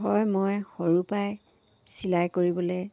হয় মই সৰু পাই চিলাই কৰিবলৈ